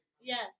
Yes